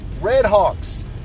Redhawks